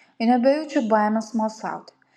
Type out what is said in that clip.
jau nebejaučiau baimės smalsauti